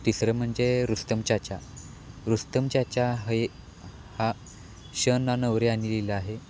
तिसरं म्हणजे रुस्तम चाचा रुस्तम चाचा हे हा शं ना नवरे यानी लिहिलं आहे